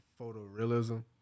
photorealism